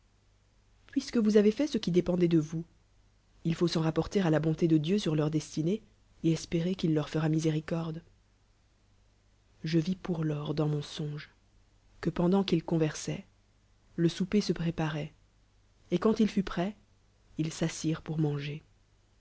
puisque vaus av fait ce qui dépendoit de vous i fao l s'en rapporter à la bonté de dieu sur leur deslinée el pérer qu'il leur fera miséricorde je vis pour lors dans mon odlle sou l'ir le chrc tien coqver saliouque pendant qu'il convcrsoient le souper se préparoit ct quand il fut prêt ils s'assirent pour manger